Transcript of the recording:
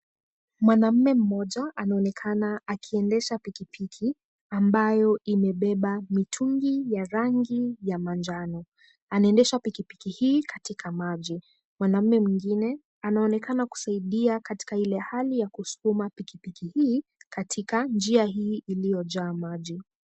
Mwanamme mmoja anaonekana akiendesha pikipiki, ambayo imebeba mitungi ya rangi ya manjano, anaendesha pikipiki hii katika maji. Mwanamme mwingine anaonekana kusaidia katika ile hali ya kusukuma pikipiki hii katika njia hii iliyojaa maji.